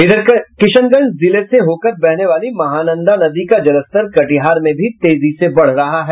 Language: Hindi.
इधर किशनगंज जिले से होकर बहने वाली महानंदा नदी का जलस्तर कटिहार में भी तेजी से बढ़ रहा है